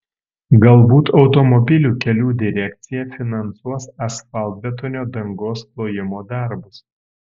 galbūt automobilių kelių direkcija finansuos asfaltbetonio dangos klojimo darbus